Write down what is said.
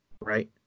right